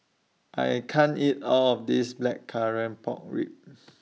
I can't eat All of This Blackcurrant Pork Ribs